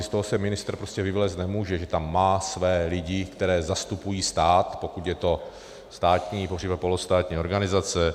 Z toho se ministr prostě vyvléct nemůže, že tam má své lidi, kteří zastupují stát, pokud je to státní, popř. polostátní organizace.